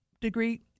degree